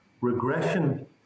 regression